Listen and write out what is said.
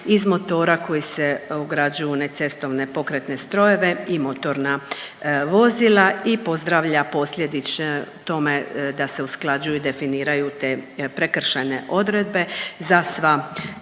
iz motora koji se ugrađuju u necestovne pokretne strojeve i motorna vozila i pozdravlja posljedično tome da se usklađuju i definiraju te prekršajne odredbe za sva